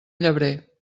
llebrer